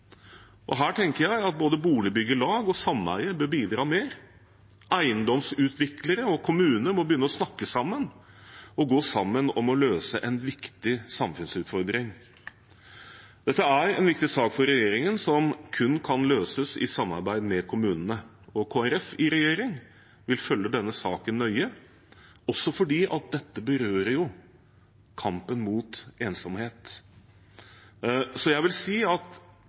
Her tenker jeg at både boligbyggelag og sameier bør bidra mer. Eiendomsutviklere og kommuner må begynne å snakke sammen og gå sammen om å løse en viktig samfunnsutfordring. Dette er en viktig sak for regjeringen som kun kan løses i samarbeid med kommunene, og Kristelig Folkeparti i regjering vil følge denne saken nøye, også fordi dette berører kampen mot ensomhet. Jeg setter stor pris på denne typen debatt, og jeg setter som sagt også pris på at